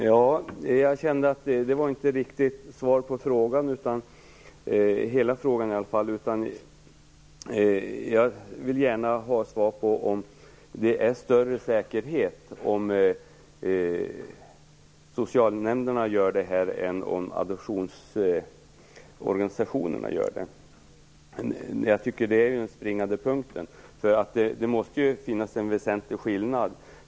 Fru talman! Det var inte riktigt svar på hela frågan. Jag vill gärna ha svar på om det blir större säkerhet om socialnämnderna fattar besluten än om adoptionsorganisationerna gör det. Jag tycker att detta är den springande punkten. Det måste finnas en väsentlig skillnad.